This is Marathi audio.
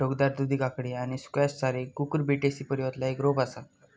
टोकदार दुधी काकडी आणि स्क्वॅश सारी कुकुरबिटेसी परिवारातला एक रोप असा